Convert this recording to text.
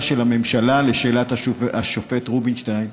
של הממשלה על שאלת השופט רובינשטיין?